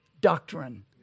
doctrine